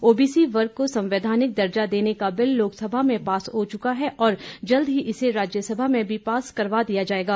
OBC वर्ग को संवैधानिक दर्जा देने का बिल लोकसभा में पास हो चुका है और जल्द ही इसे राज्यसभा से मी पास करवा दिया जाएगा